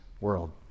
world